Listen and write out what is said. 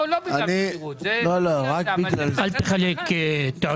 אל תחלק תעודות סתם.